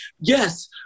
Yes